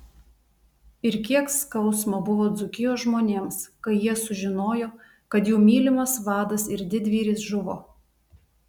ir kiek skausmo buvo dzūkijos žmonėms kai jie sužinojo kad jų mylimas vadas ir didvyris žuvo